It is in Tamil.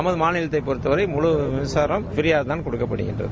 நமது மாநிலத்தைப் பொறுத்தவரை முழுவதும் மின்சாரம் ஃபிரியாத்தான் கொடுக்கப்படுகிறது